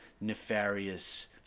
nefarious